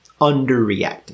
underreacting